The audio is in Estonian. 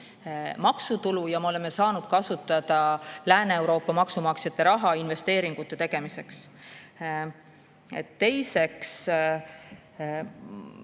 maksutulu ja me oleme saanud kasutada Lääne-Euroopa maksumaksjate raha investeeringute tegemiseks. Teiseks,